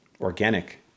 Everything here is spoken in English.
organic